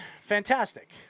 Fantastic